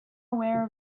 aware